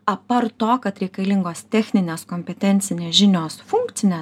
apart to kad reikalingos techninės kompetencinės žinios funkcinė